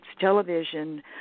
television